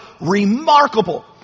remarkable